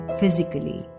physically